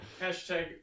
Hashtag